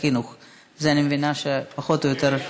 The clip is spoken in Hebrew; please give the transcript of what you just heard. אני חושבת שחוץ וביטחון.